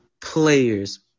players